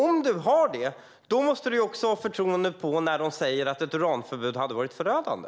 Om du har det måste du ju också ha förtroende för SGU när man säger att ett uranförbud hade varit förödande.